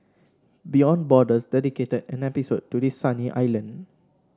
beyond Borders dedicated an episode to this sunny island